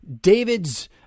David's